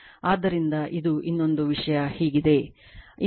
ಆದ್ದರಿಂದ ಈಗ ಇನ್ನೊಂದು ವಿಷಯ ಹೀಗಿದೆ